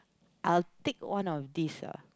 I'll tick one of these ah